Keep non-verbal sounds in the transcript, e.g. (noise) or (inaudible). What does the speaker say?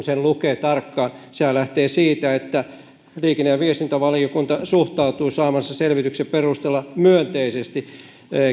(unintelligible) sen lukee tarkkaan sehän lähtee siitä että liikenne ja viestintävaliokunta suhtautuu saamansa selvityksen perusteella myönteisesti